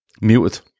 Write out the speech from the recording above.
Muted